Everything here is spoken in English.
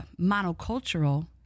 monocultural